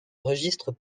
registres